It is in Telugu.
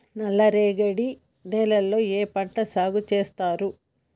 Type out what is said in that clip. నల్లరేగడి నేలల్లో ఏ పంట సాగు చేస్తారు?